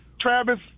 Travis